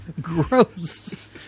Gross